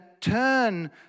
Turn